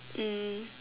mm